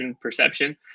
perception